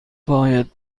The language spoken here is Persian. باید